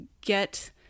get